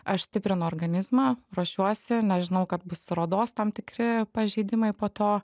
aš stiprinu organizmą ruošiuosi nes žinau kad bus ir odos tam tikri pažeidimai po to